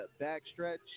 backstretch